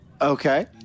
Okay